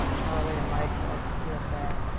um charlie and mike, that i can see up there.